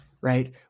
right